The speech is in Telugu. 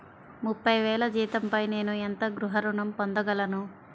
ముప్పై వేల జీతంపై నేను ఎంత గృహ ఋణం పొందగలను?